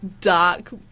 dark